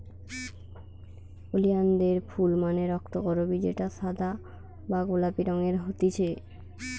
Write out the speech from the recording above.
ওলিয়ানদের ফুল মানে রক্তকরবী যেটা সাদা বা গোলাপি রঙের হতিছে